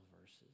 verses